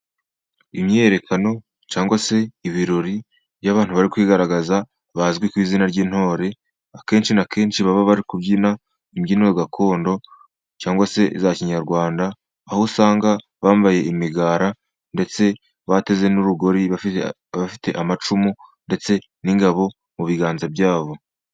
Imyiyerekano cyangwa se ibirori. Iyo abantu bari kwigaragaza bazwi ku izina ry'intore, akenshi na kenshi baba bari kubyina imbyino gakondo cyangwa se za kinyarwanda, aho usanga bambaye imigara, ndetse bateze n'urugori bafite amacumu ndetse n'ingabo mu biganza byabo.